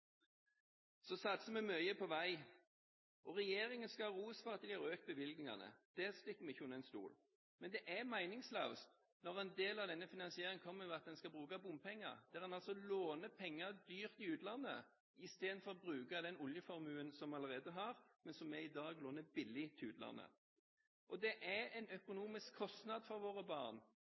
Så satser vi mye på vei. Regjeringen skal ha ros for at de har økt bevilgningene – det stikker vi ikke under stol. Men det er meningsløst når en del av denne finansieringen kommer ved at en skal bruke bompenger, der en altså låner penger dyrt i utlandet istedenfor å bruke av den oljeformuen som vi allerede har, men som vi i dag låner billig til utlandet. Det er en økonomisk kostnad for våre barn